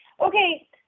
okay